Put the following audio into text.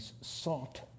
sought